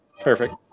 Perfect